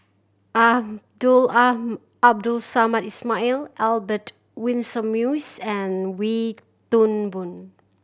Abdul Abdul Samad Ismail Albert Winsemius and Wee Toon Boon